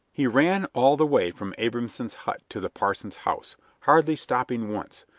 he ran all the way from abrahamson's hut to the parson's house, hardly stopping once,